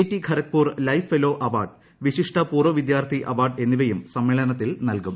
T Kharagpur life fellow award വിശിഷ്ട പൂർവ്വ വിദ്യാർത്ഥി അവാർഡ് എന്നിവയും സമ്മേളനത്തിൽ നൽകും